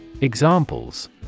Examples